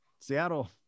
Seattle